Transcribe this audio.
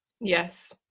Yes